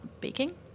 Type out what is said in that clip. baking